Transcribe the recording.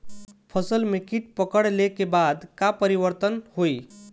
फसल में कीट पकड़ ले के बाद का परिवर्तन होई?